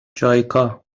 جایکا